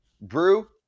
Brew